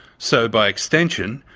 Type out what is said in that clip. so, by extension,